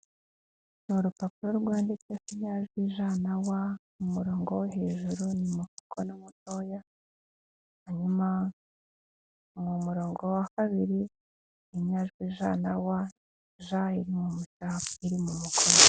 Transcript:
Ni urupapuro rwanditseho inyajwi j na w, mu murongo wo hejuru, ni mu mukono mutoya, hanyuma mu murongo wa kabiri, inyajwi j na w, j iri mu cyapa indi iri mu mukono.